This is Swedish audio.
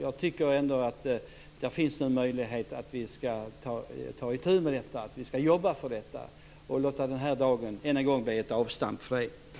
Jag tycker att det nu finns en möjlighet för oss att ta itu med detta, att jobba för detta och låta den här dagen - än en gång - bli ett avstamp för det.